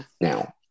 Now